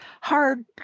hard